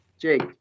Jake